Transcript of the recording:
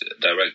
direct